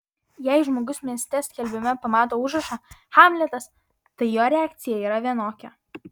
jei žmogus mieste skelbime pamato užrašą hamletas tai jo reakcija yra vienokia